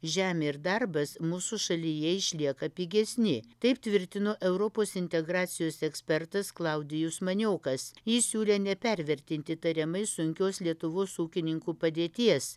žemė ir darbas mūsų šalyje išlieka pigesni taip tvirtino europos integracijos ekspertas klaudijus maniokas jis siūlė nepervertinti tariamai sunkios lietuvos ūkininkų padėties